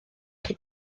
chi